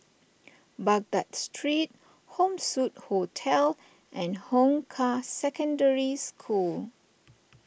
Baghdad Street Home Suite Hotel and Hong Kah Secondary School